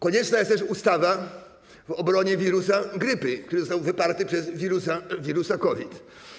Konieczna jest też ustawa w obronie wirusa grypy, który został wyparty przez wirusa COVID.